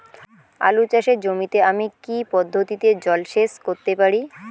আলু চাষে জমিতে আমি কী পদ্ধতিতে জলসেচ করতে পারি?